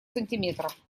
сантиметров